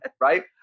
Right